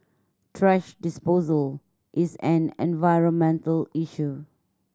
thrash disposal is an environmental issue